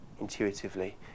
Intuitively